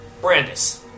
Brandis